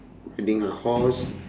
riding a horse